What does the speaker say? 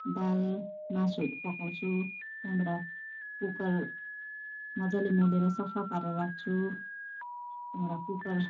दाल मासुहरू पकाउँछु त्यहाँबाट कुकर मजाले मोलेर सफा पारेर राख्छु त्यहाँबाट कुकर